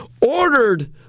ordered